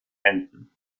enten